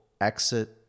exit